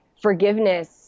forgiveness